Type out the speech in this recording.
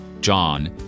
John